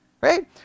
Right